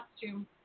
costume